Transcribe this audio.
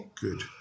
Good